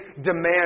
demand